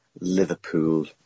Liverpool